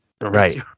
Right